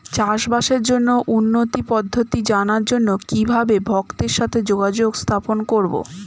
চাষবাসের জন্য উন্নতি পদ্ধতি জানার জন্য কিভাবে ভক্তের সাথে যোগাযোগ স্থাপন করব?